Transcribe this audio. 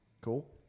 Cool